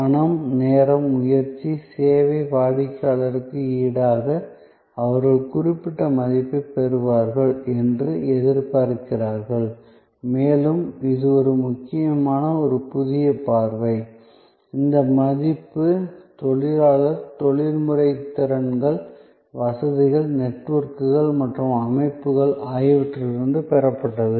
பணம் நேரம் முயற்சி சேவை வாடிக்கையாளர்களுக்கு ஈடாக அவர்கள் குறிப்பிட்ட மதிப்பைப் பெறுவார்கள் என்று எதிர்பார்க்கிறார்கள் மேலும் இது ஒரு முக்கியமான புதிய பார்வை இந்த மதிப்பு தொழிலாளர் தொழில்முறை திறன்கள் வசதிகள் நெட்வொர்க்குகள் மற்றும் அமைப்புகள் ஆகியவற்றிலிருந்து பெறப்பட்டது